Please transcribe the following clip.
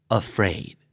afraid